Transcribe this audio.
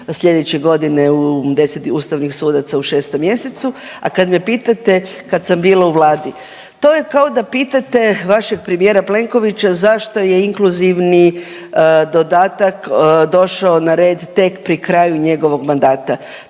sljedeće godine u, 10 ustavnih sudaca u 6. mjesecu, a kad me pitate, kad sam bila u Vladi, to je kao da pitate vašeg premijera Plenkovića zašto je inkluzivni dodatak došao na red tek pri kraju njegovog mandata.